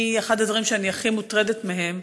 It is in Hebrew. אחד הדברים שאני הכי מוטרדת מהם